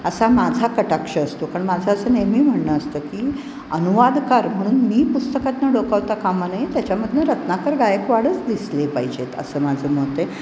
असा माझा कटाक्ष असतो कारण माझं असं नेहमी म्हणणं असतं की अनुवादकार म्हणून मी पुस्तकातनं डोकावता कामा नाही त्याच्यामधनं रत्नाकर गायकवाडच दिसले पाहिजेत असं माझं मत आहे